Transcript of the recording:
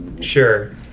Sure